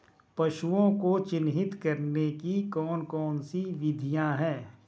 पशुओं को चिन्हित करने की कौन कौन सी विधियां हैं?